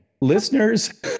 Listeners